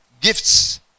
gifts